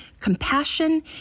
compassion